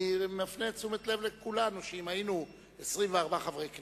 אני מפנה תשומת לב כולנו שאם היינו 24 חברי כנסת,